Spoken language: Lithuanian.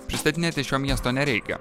pristatinėti šio miesto nereikia